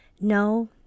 No